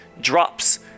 drops